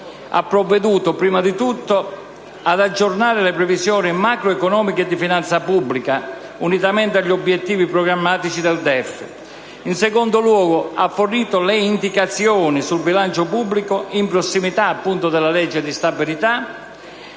ha provveduto ad aggiornare le previsioni macroeconomiche e di finanza pubblica unitamente agli obiettivi programmatici del DEF. In secondo luogo, ha fornito le indicazioni sul bilancio pubblico in prossimità della presentazione